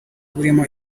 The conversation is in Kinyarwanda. burimo